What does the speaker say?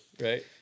right